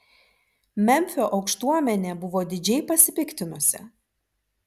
memfio aukštuomenė buvo didžiai pasipiktinusi